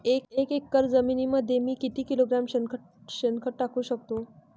एक एकर जमिनीमध्ये मी किती किलोग्रॅम शेणखत टाकू शकतो?